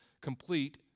complete